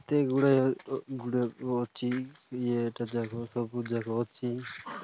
ଏତେ ଗୁଡ଼ା ଅଛି ଇଏ ଏଟା ଯାକ ସବୁ ଯାକ ଅଛି